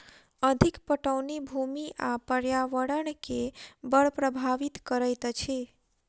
अधिक पटौनी भूमि आ पर्यावरण के बड़ प्रभावित करैत अछि